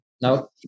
Now